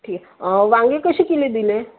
ठीक वांगे कसे किले दिले